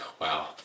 wow